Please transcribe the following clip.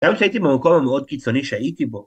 ‫גם כשהייתי ‫במקום המאוד קיצוני שהייתי בו.